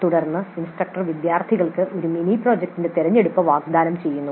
തുടർന്ന് ഇൻസ്ട്രക്ടർ വിദ്യാർത്ഥികൾക്ക് ഒരു മിനിപ്രോജക്റ്റിന്റെ തിരഞ്ഞെടുപ്പ് വാഗ്ദാനം ചെയ്യാം